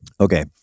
Okay